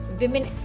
women